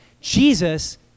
Jesus